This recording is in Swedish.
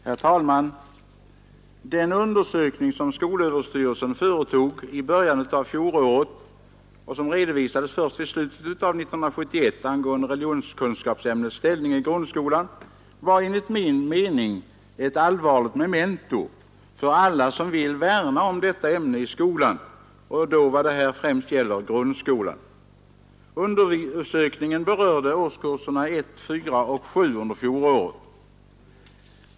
Herr talman! Den undersökning som skolöverstyrelsen företog i början av fjolåret och som redovisades först vid slutet av 1971 angående religionskunskapsämnets ställning i grundskolan var enligt min bedömning ett allvarligt memento för alla som vill värna om detta ämne i skolan och då, som det här främst gäller, grundskolan. Undersökningen berörde årskurserna 1, 4 och 7 under fjolåret.